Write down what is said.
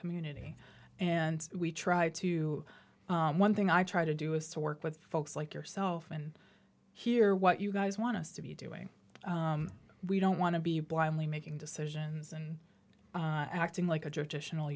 community and we try to one thing i try to do is to work with folks like yourself and hear what you guys want us to be doing we don't want to be blindly making decisions and acting like a traditional